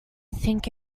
think